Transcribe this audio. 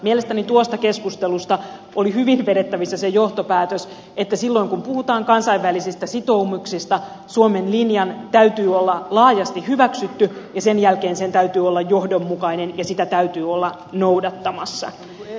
mielestäni tuosta keskustelusta oli hyvin vedettävissä se johtopäätös että silloin kun puhutaan kansainvälisistä sitoumuksista suomen linjan täytyy olla laajasti hyväksytty ja sen jälkeen sen täytyy olla johdonmukainen ja sitä täytyy olla noudattamassa